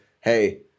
hey